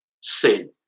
sin